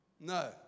No